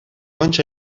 آنچه